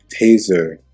taser